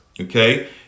okay